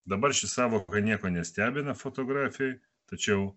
dabar ši sąvoka nieko nestebina fotografijoj tačiau